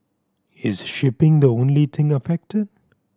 is shipping the only thing affected